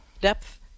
depth